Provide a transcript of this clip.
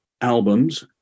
albums